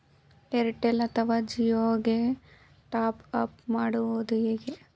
Airtel ಅಥವಾ ಜಿಯೊ ಗೆ top up ಮಾಡುವುದು ಹೇಗೆ?